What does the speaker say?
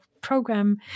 program